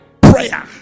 prayer